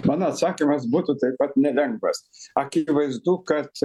mano atsakymas būtų taip pat nelengvas akivaizdu kad